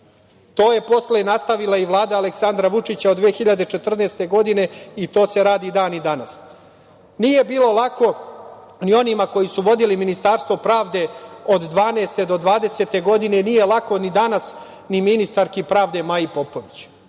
To je posle nastavila i Vlada Aleksandra Vučića od 2014. godine i to se radi dan danas. Nije bilo lako ni onima koji su vodili Ministarstvo pravde od 2012. do 2020. godine, nije lako ni danas ni ministarki pravde Maji Popović.U